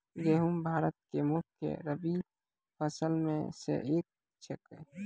गेहूँ भारत के मुख्य रब्बी फसल मॅ स एक छेकै